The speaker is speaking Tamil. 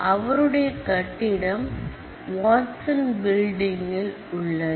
அவருடைய கட்டிடம் வாட்சன் பில்டிங்கில் உள்ளது